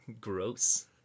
Gross